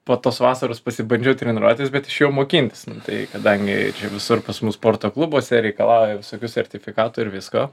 po tos vasaros pasibandžiau treniruotes bet išėjau mokintis tai kadangi visur pas mus sporto klubuose reikalauja visokių sertifikatų ir visko